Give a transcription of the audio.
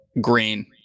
green